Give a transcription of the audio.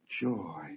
Joy